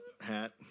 hat